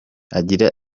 agira